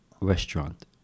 restaurant